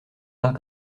arts